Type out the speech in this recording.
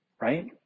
right